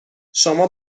شما